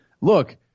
look